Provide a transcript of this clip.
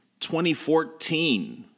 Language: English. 2014